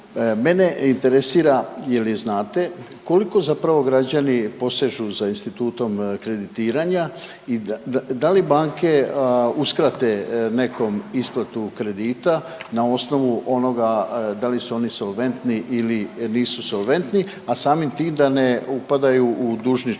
Mene interesira je li znate koliko zapravo građani posežu za institutom kreditiranja i da li banke uskrate nekom isplatu kredita na osnovu onoga da li su oni solventni ili nisu solventni, a samim tim da ne upadaju u dužničko